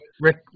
Rick